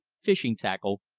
fishing tackle,